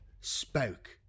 spoke